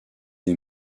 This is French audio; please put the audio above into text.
des